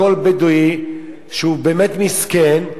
כל בדואי שהוא באמת מסכן,